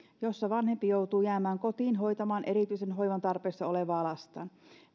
joissa vanhempi joutuu jäämään kotiin hoitamaan erityisen hoivan tarpeessa olevaa lastaan